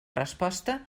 resposta